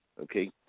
Okay